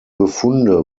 befunde